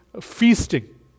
feasting